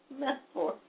metaphor